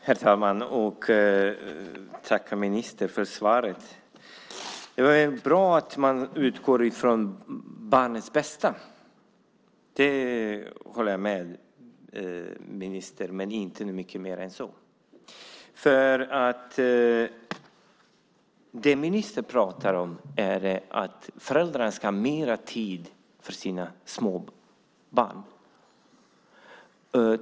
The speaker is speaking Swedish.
Herr talman! Tack, ministern, för svaret! Det är bra att man utgår ifrån barnens bästa. Det håller jag med ministern om, men jag håller inte med om så mycket mer än så. Det ministern pratar om är att föräldrarna ska ha mer tid för sina små barn.